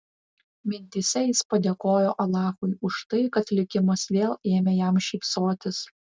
mintyse jis padėkojo alachui už tai kad likimas vėl ėmė jam šypsotis